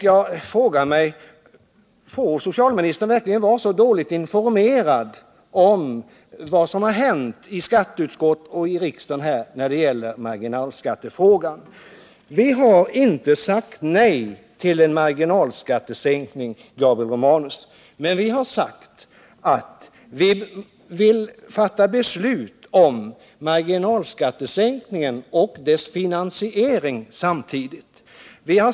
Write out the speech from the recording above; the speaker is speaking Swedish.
Jag frågar mig: Får socialministern verkligen vara så dåligt informerad om vad som har hänt i skatteutskottet och i riksdagen när det gäller marginalskattefrågan? Vi har inte sagt nej till en marginalskattesänkning, Gabriel Romanus. Men vi har sagt att vi vill fatta beslut om marginalskattesänkningen och dess finansiering samtidigt.